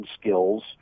skills